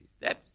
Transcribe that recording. steps